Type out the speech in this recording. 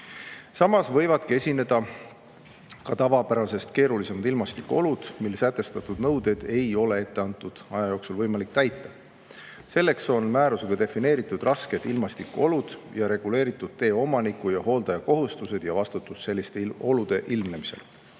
Samas võivad esineda ka tavapärasest keerulisemad ilmastikuolud, mil sätestatud nõudeid ei ole etteantud aja jooksul võimalik täita. Selleks on määrusega defineeritud rasked ilmastikuolud ja reguleeritud tee omaniku ja hooldaja kohustused ja vastutus selliste olude ilmnemisel.